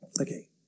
Okay